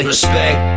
respect